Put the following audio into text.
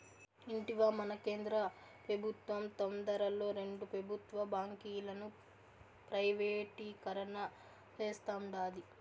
ఇంటివా, మన కేంద్ర పెబుత్వం తొందరలో రెండు పెబుత్వ బాంకీలను ప్రైవేటీకరణ సేస్తాండాది